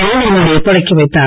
நரேந்திரமோடி தொடக்கி வைத்தார்